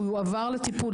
הוא הועבר לטיפול.